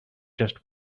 just